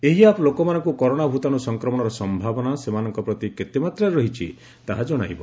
ଏହି ଆପ୍ ଲୋକମାନଙ୍କୁ କରୋନା ଭତାଣୁ ସଂକ୍ରମଣର ସମ୍ଭାବନା ସେମାନଙ୍କ ପ୍ରତି କେତେମାତ୍ରାରେ ରହିଛି ତାହା ଜଣାଇବ